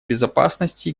безопасности